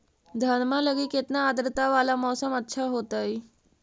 धनमा लगी केतना आद्रता वाला मौसम अच्छा होतई?